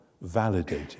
validated